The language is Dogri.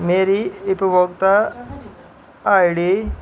मेरी उपभोक्ता आई डी